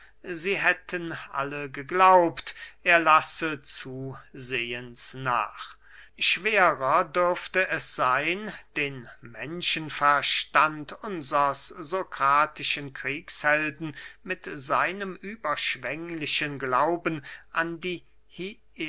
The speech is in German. sie hätten alle geglaubt er lasse zusehens nach schwerer dürfte es seyn den menschenverstand unsers sokratischen kriegshelden mit seinem überschwänglichen glauben an die